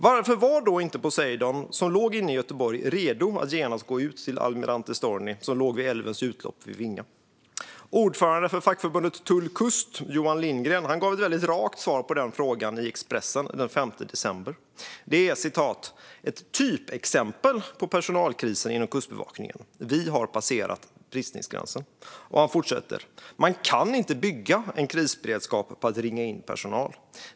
Varför var då Poseidon, som låg inne i Göteborg, inte redo att genast gå ut till Almirante Storni, som låg vid älvens utlopp vid Vinga? Ordföranden för fackförbundet Tull-Kust, Johan Lindgren, gav ett väldigt rakt svar på den frågan i Expressen den 5 december: "Det är ett typexempel på personalkrisen inom kustbevakningen. Vi har passerat bristningsgränsen." Han fortsätter: "Man kan inte bygga en krisberedskap på att ringa in personal.